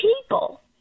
people